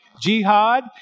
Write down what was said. jihad